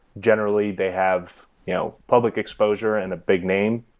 generally, they have you know public exposure and a big name.